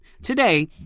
Today